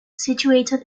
situated